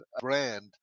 brand